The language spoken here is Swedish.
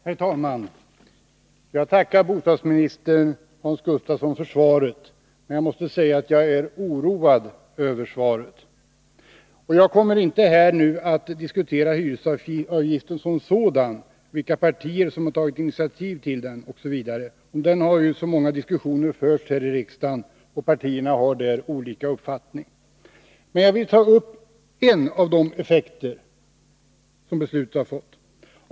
Herr talman! Jag tackar bostadsminister Hans Gustafsson för svaret, men jag måste säga att det gör mig oroad. Jag kommer inte att diskutera hyreshusavgiften som sådan eller vilka partier som har tagit initiativ till den — många diskussioner har förts här i riksdagen om hyreshusavgiften, och partierna har olika uppfattningar — men jag vill ta upp en av de effekter beslutet har fått.